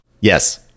Yes